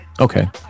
Okay